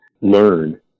learn